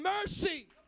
mercy